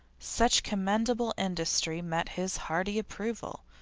such commendable industry met his hearty approval,